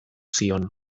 zion